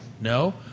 No